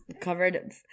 Covered